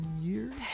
years